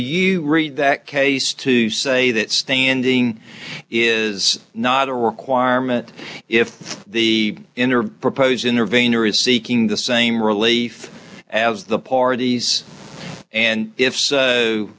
you read that case to say that standing is not a requirement if the interview proposed intervener is seeking the same relief as the parties and if so